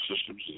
systems